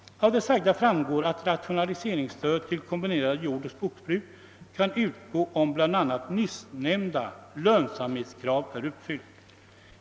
Av det sagda framgår att rationaliseringsstöd till kombinerat jordoch skogsbruk kan utgå om bl.a. nyssnämnda lönsamhetskrav är uppfyllt.